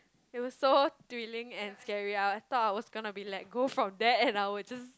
it was so thrilling and scary I thought I was gonna be let go from that and I would just